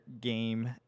game